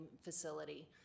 facility